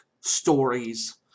stories